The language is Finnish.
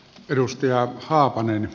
perustyöt haapanen